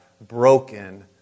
broken